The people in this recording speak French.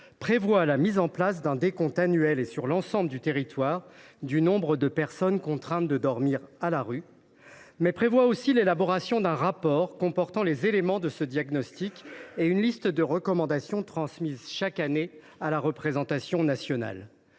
prévoit : la mise en place d’un décompte annuel, sur l’ensemble du territoire, du nombre de personnes contraintes de dormir à la rue ; mais aussi l’élaboration d’un rapport comportant les éléments de ce diagnostic et une liste de recommandations, qui sera transmise chaque année à la représentation nationale.